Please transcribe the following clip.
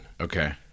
Okay